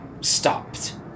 stopped